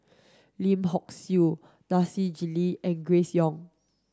Lim Hock Siew Nasir Jalil and Grace Young